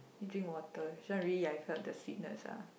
you drink water I felt the sweetness ah